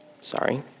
Sorry